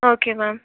okay ma'am